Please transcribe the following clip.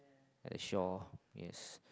at shore yes